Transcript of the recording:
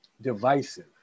divisive